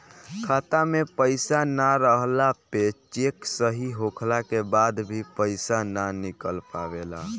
खाता में पईसा ना रहला पे चेक सही होखला के बाद भी पईसा ना निकल पावेला